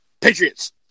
Patriots